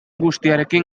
guztiarekin